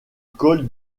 col